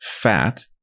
fat